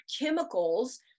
chemicals